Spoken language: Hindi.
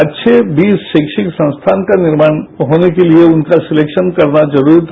अच्छे बीज रीश्तिक संस्थान का निर्माण होने के लिए उनका सलेक्शन करना जरूरी था